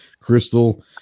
Crystal